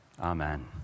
Amen